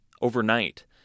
overnight